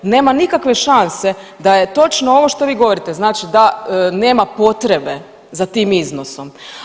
Nema nikakve šanse da je točno ovo što vi govorite znači da nema potrebe za tim iznosom.